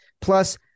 Plus